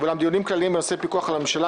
ואולם דיונים כלליים בנושאי פיקוח על הממשלה,